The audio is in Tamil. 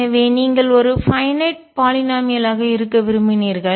எனவே நீங்கள் ஒரு பைன்நட் வரையறுக்கப்பட்ட பாலிநாமியல் ஆக இருக்க விரும்பினீர்கள்